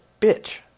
bitch